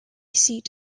seat